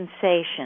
sensation